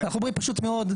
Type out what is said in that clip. אנחנו אומרים פשוט מאוד.